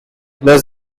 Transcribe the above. less